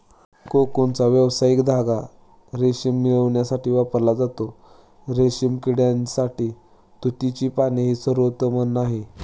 कोकूनचा व्यावसायिक धागा रेशीम मिळविण्यासाठी वापरला जातो, रेशीम किड्यासाठी तुतीची पाने हे सर्वोत्तम अन्न आहे